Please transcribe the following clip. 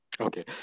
Okay